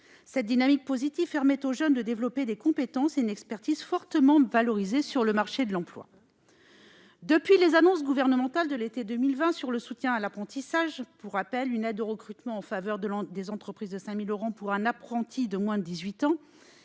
Cette dynamique positive permet aux jeunes de développer des compétences et une expertise fortement valorisées sur le marché de l'emploi. Depuis les annonces gouvernementales de l'été 2020 sur le soutien à l'apprentissage- pour rappel, une aide au recrutement en faveur des entreprises est de 5 000 euros pour un apprenti de moins de 18 ans,